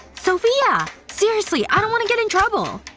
sofia! seriously, i don't wanna get in trouble.